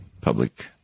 public